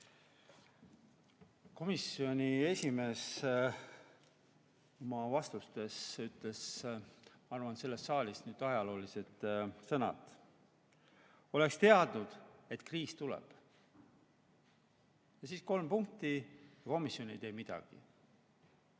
Komisjoni esimees oma vastustes ütles, ma arvan, selles saalis ajaloolised sõnad: oleks teadnud, et kriis tuleb. Ja siis kolm punkti, ja komisjon ei tee midagi.